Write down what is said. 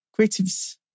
creatives